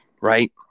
Right